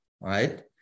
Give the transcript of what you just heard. right